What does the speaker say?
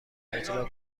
اجرا